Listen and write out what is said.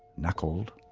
knuckled.